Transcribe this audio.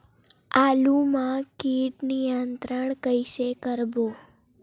आलू मा कीट नियंत्रण कइसे करबो?